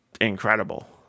incredible